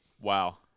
Wow